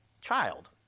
child